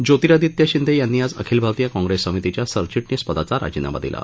ज्योतिरादित्य शिंदे यांनी आज अखिल भारतीय काँग्रेस समितीच्या सरचिटणीस पदाचा राजीनामा दिला